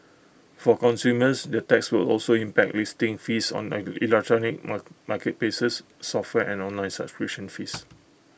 for consumers the tax will also impact listing fees on electronic mark marketplaces software and online subscription fees